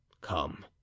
Come